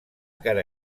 cara